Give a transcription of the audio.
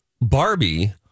Barbie